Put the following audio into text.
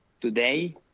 Today